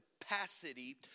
capacity